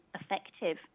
effective